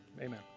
Amen